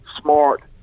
smart